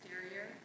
exterior